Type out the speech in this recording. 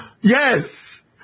Yes